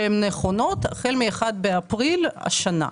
שהן נכונות, החל מיום 1 באפריל השנה.